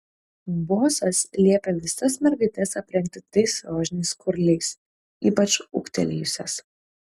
bosas liepia visas mergaites aprengti tais rožiniais skurliais ypač ūgtelėjusias